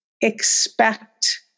expect